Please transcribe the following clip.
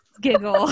Giggle